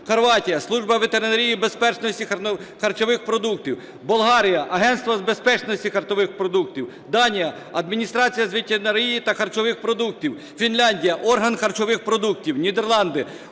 Хорватія – служба ветеринарії і безпечності харчових продуктів. Болгарія – Агентство з безпечності харчових продуктів. Данія – Адміністрація з ветеринарії та харчових продуктів. Фінляндія – Орган харчових продуктів. Нідерланди –